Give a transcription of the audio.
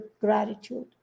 gratitude